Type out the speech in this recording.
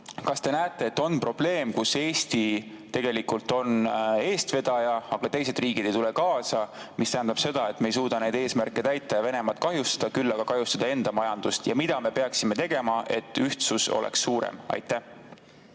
kas te näete probleemi, et Eesti tegelikult on eestvedaja, aga teised riigid ei tule kaasa? See tähendab seda, et me ei suuda neid eesmärke täita ja Venemaad kahjustada, küll aga kahjustada enda majandust? Ja mida me peaksime tegema, et ühtsus oleks suurem? Hea